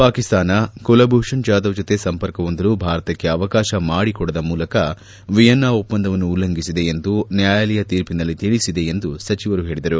ಪಾಕಿಸ್ತಾನ ಕುಲ್ಭೂಷಣ್ ಜಾಧವ್ ಜೊತೆ ಸಂಪರ್ಕ ಹೊಂದಲು ಭಾರತಕ್ಕೆ ಅವಕಾಶ ಮಾಡಿಕೊಡದ ಮೂಲಕ ವಿಯೆನ್ನಾ ಒಪ್ಪಂದವನ್ನು ಉಲ್ಲಂಘಿಸಿದೆ ಎಂದು ನ್ಯಾಯಾಲಯ ತೀರ್ಪಿನಲ್ಲಿ ತಿಳಿಸಿದೆ ಎಂದು ಸಚಿವರು ಹೇಳಿದರು